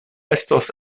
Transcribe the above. estos